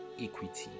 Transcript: equity